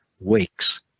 weeks